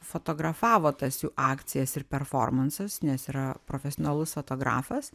fotografavo tas jų akcijas ir performansus nes yra profesionalus fotografas